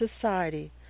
society